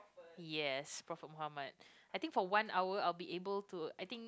yes but for how much I think for one hour I will be able to I think